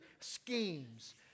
Schemes